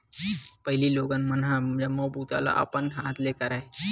पहिली लोगन मन ह जम्मो बूता ल अपन हाथ ले करय